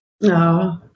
No